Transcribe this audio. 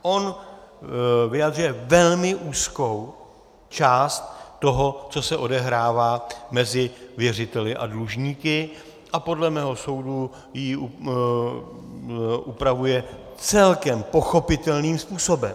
On vyjadřuje velmi úzkou část toho, co se odehrává mezi věřiteli a dlužníky, a podle mého soudu ji upravuje celkem pochopitelným způsobem.